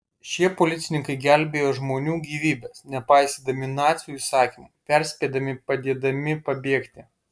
šie policininkai gelbėjo žmonių gyvybes nepaisydami nacių įsakymų perspėdami padėdami pabėgti